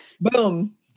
Boom